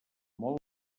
molt